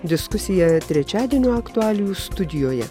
diskusija trečiadienio aktualijų studijoje